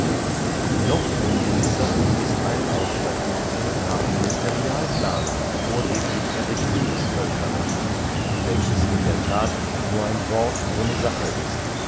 noch ungewisser ist ein auf statute nach ministerialplanen vorgeblich errichtetes völkerrecht welches in der that nur ein wort ohne sache ist